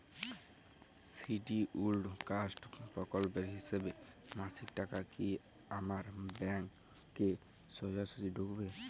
Scheduled caste প্রকল্পের হিসেবে মাসিক টাকা কি আমার ব্যাংকে সোজাসুজি ঢুকবে?